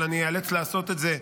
אבל אני איאלץ לעשות את זה,